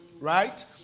right